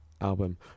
album